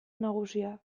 nagusia